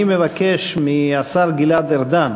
אני מבקש מהשר גלעד ארדן